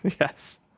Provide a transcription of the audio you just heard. yes